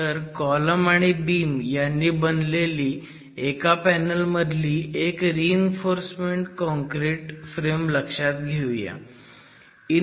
तर कॉलम आणि बीम यांनी बनलेली एका पॅनल मधली एक रीइन्फोर्स काँक्रिट फ्रेम लक्षात घेऊयात